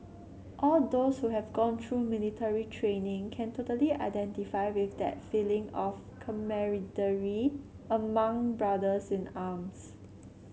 all those who have gone through military training can totally identify with that feeling of camaraderie among brothers in arms